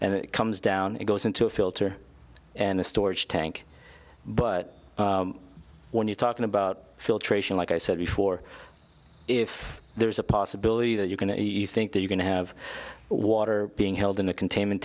and it comes down it goes into a filter and a storage tank but when you're talking about filtration like i said before if there is a possibility that you can think that you can have water being held in a containment